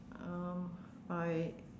um I